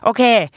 Okay